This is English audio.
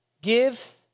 Give